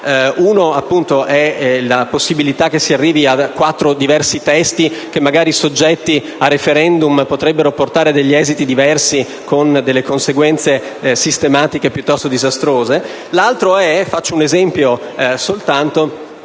è la possibilità che si arrivi a quattro diversi testi che, magari soggetti a *referendum*, potrebbero portare a degli esiti diversi, con delle conseguenze sistematiche piuttosto disastrose. L'altro è - faccio soltanto